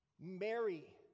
Mary